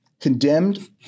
condemned